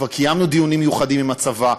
כבר קיימנו דיונים מיוחדים עם הצבא,